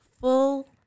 full